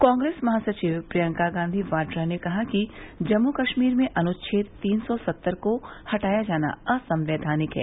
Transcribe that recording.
कांग्रेस महासचिव प्रियंका गांधी वाड्रा ने कहा कि जम्मु कश्मीर में अनुच्छे तीन सौ सत्तर को हटाया जाना असंवैधानिक है